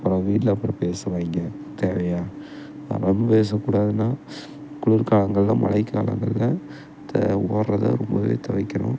அப்புறம் வீட்டில் அப்புறம் பேசுவாயிங்க தேவையா அதெல்லாம் பேசக்கூடாதுன்னா குளிர்காலங்களில் மலைக்காலங்களில் த ஓட்றதை ரொம்பவே தவிர்க்கணும்